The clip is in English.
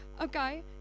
okay